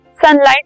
sunlight